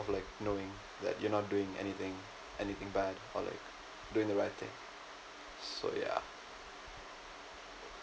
of like knowing like you're not doing anything anything bad but like doing the right thing so yeah